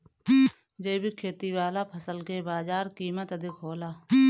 जैविक खेती वाला फसल के बाजार कीमत अधिक होला